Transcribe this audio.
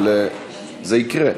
אבל זה יקרה.